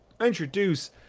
introduce